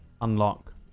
unlock